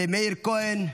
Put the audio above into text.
מאיר כהן,